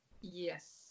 Yes